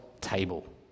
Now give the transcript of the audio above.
table